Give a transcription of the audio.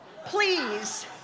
Please